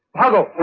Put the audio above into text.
hello.